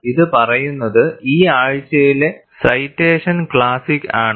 ഇത് പറയുന്നത് ഈ ആഴ്ചയിലെ സൈറ്റേഷൻ ക്ലാസിക് ആണ്